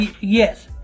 yes